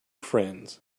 friends